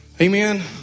Amen